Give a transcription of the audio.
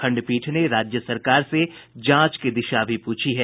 खंडपीठ ने राज्य सरकार से जांच की दिशा भी पूछी है